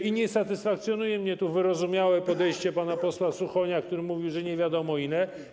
I nie satysfakcjonuje mnie tu wyrozumiałe podejście pana posła Suchonia, który mówił, że nie wiadomo ile.